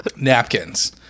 napkins